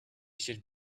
should